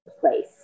place